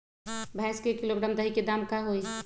भैस के एक किलोग्राम दही के दाम का होई?